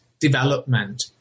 development